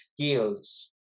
skills